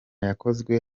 yakozwe